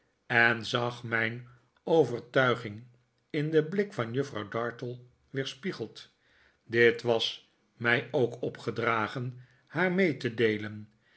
en zag mijn overtuiging in den blik van juffrouw dartle weerspiegeld dit was mij ook opgedragen haar mee te deelen